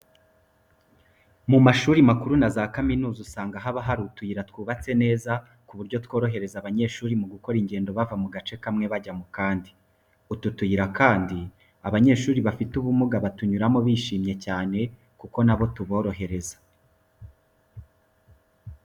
Mu mashuri makuru na za kaminuza usanga haba hari utuyira twubatse neza, ku buryo tworohereza abanyeshuri mu gukora ingendo bava mu gace kamwe bajya mu kandi. Utu tuyira kandi abanyeshuri bafite ubumuga batunyuramo babyishimiye cyane kuko na bo turaborohereza.